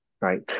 right